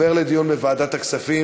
הנושא עובר לוועדת הכספים,